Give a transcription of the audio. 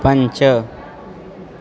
पञ्च